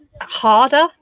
harder